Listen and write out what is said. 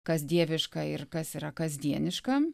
kas dieviška ir kas yra kasdieniška